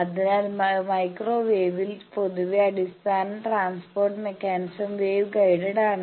അതിനാൽ മൈക്രോവേവിൽ പൊതുവെ അടിസ്ഥാന ട്രാൻസ്പോർട്ട് മെക്കാനിസം വേവ് ഗൈഡാണ്